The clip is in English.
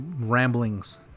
ramblings